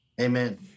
Amen